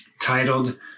titled